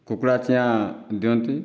କୁକୁଡ଼ା ଚିଆଁ ଦିଅନ୍ତି